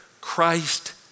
Christ